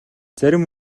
зарим